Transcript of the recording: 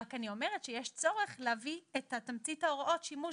רק אני אומרת שיש צורך להביא את תמצית ההוראות שימוש